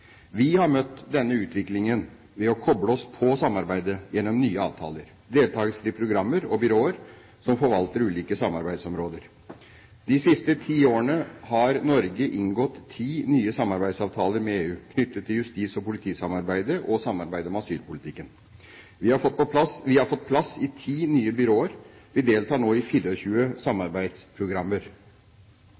Vi har møtt denne utviklingen ved å kople oss på samarbeidet gjennom nye avtaler og deltakelse i programmer og byråer som forvalter ulike samarbeidsområder. De siste ti årene har Norge inngått ti nye samarbeidsavtaler med EU knyttet til justis- og politisamarbeidet og samarbeidet om asylpolitikken. Vi har fått plass i ti nye byråer. Vi deltar nå i 24 samarbeidsprogrammer.